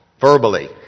verbally